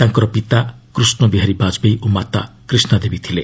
ତାଙ୍କର ପିତା କ୍ରିଷ୍ଣବିହାରୀ ବାଜପେୟୀ ଓ ମାତା କ୍ରିଷ୍ଣା ଦେବୀ ଥିଲେ